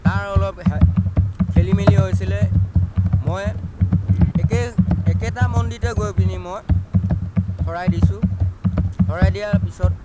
তাৰ অলপ খেলিমেলি হৈছিলে মই একে একেটা মন্দিৰতে গৈ পিনি মই শৰাই দিছোঁ শৰাই দিয়াৰ পিছত